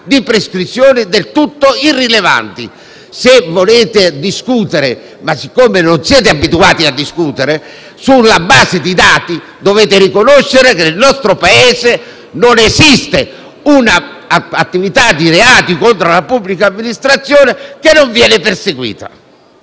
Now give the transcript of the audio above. di prescrizione del tutto irrilevanti. Se volete discutere - ma non siete abituati a farlo - sulla base dei dati, dovete riconoscere che nel nostro Paese non esiste attività delittuosa contro la pubblica amministrazione che non venga perseguita.